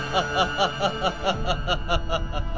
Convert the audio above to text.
a